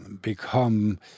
become